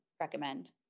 recommend